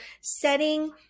setting